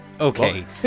Okay